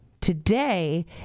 Today